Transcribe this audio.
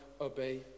obey